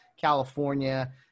California